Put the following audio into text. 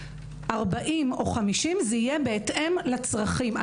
40 או 50 זה יהיה בהתאם לצרכים.